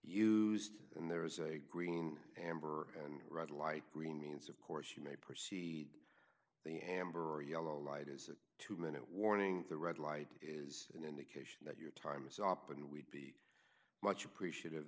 used and there is a green amber and red light green means of course you may proceed the amber or yellow light is a two minute warning the red light is an indication that your time is up and we much appreciat